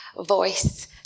voice